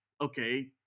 okay